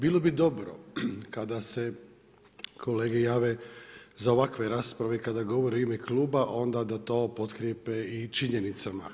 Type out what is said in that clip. Bilo bi dobro kada se kolege jave za ovakve rasprave kada govore u ime kluba onda da to potkrijepe i činjenicama.